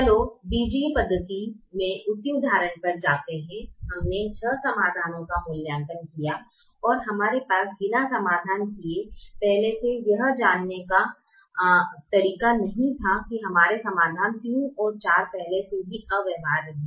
चलो बीजीय पद्धति में उसी उदाहरण पर वापस जाते हैं हमने छह समाधानों का मूल्यांकन किया और हमारे पास बीना समाधान किए पहले से यह जानने का कोई तरीका नहीं था कि हमारे समाधान 3 और 4 पहले से ही अव्यवहार्य हैं